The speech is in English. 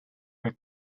her